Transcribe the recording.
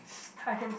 I can